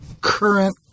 current